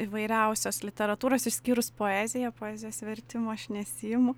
įvairiausios literatūros išskyrus poeziją poezijos vertimų aš nesiimu